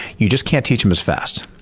you just can't teach them as fast.